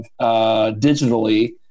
digitally